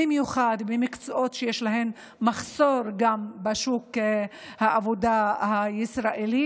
במיוחד במקצועות שיש בהם מחסור בשוק העבודה הישראלי